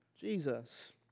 Jesus